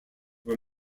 were